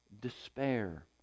despair